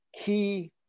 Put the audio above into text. key